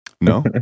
No